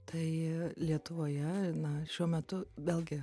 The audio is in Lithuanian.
tai lietuvoje na šiuo metu vėlgi